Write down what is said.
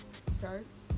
starts